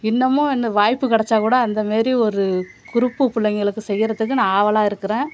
இன்னமும் என்ன வாய்ப்பு கிடச்சா கூட அந்தமாரி ஒரு குரூப்பு பிள்ளைங்களுக்கு செய்யிறதுக்கு நான் ஆவலாக இருக்கிறேன்